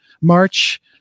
March